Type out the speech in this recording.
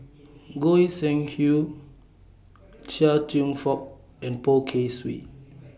Goi Seng Hui Chia Cheong Fook and Poh Kay Swee